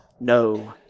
no